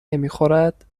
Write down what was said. نمیخورد